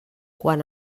quan